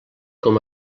com